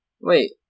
Wait